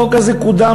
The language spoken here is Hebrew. החוק הזה קודם,